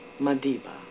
Madiba